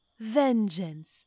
Vengeance